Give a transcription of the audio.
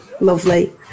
Lovely